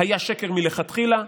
היה שקר מלכתחילה,